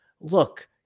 Look